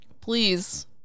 Please